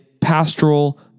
pastoral